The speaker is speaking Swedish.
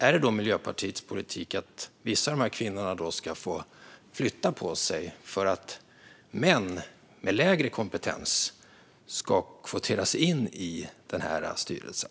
Är det då Miljöpartiets politik att vissa av dessa kvinnor ska behöva flytta på sig för att män med lägre kompetens ska kvoteras in i styrelsen?